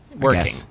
Working